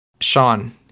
Sean